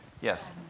Yes